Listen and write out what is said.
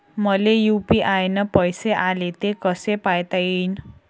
मले यू.पी.आय न पैसे आले, ते कसे पायता येईन?